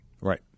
right